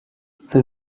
the